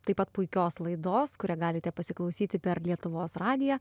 taip pat puikios laidos kurią galite pasiklausyti per lietuvos radiją